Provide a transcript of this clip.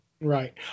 Right